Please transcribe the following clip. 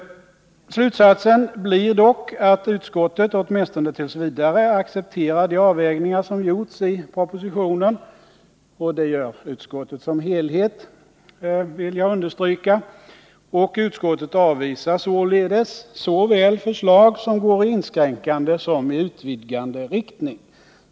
Slutsatsen blir dock att utskottet åtminstone t. v. accepterar de avvägningar som gjorts i propositionen. Detta gäller utskottet i dess helhet, vill jag understryka. Utskottet avvisar således förslag i såväl inskränkande som utvidgande riktning.